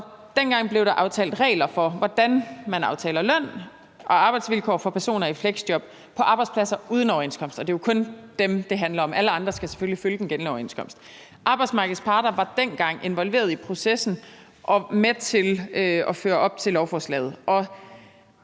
dengang blev der aftalt regler for, hvordan man aftaler løn og arbejdsvilkår for personer i fleksjob på arbejdspladser uden overenskomst, og det er jo kun dem, det handler om; alle andre skal selvfølgelig følge den gældende overenskomst. Arbejdsmarkedets parter var dengang involveret i processen og med til at føre den op til lovforslaget.